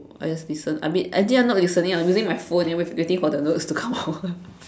I just listen I mean I think I not listening I'm using my phone and with waiting for the notes to come out